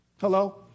Hello